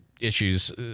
issues